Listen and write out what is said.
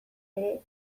ere